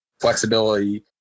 flexibility